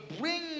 bring